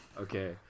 Okay